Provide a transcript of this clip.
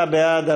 29 בעד,